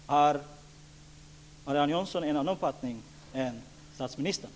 Har Marianne Jönsson en annan uppfattning än statsministern?